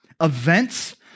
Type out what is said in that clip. events